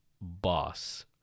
Boss